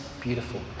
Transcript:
beautiful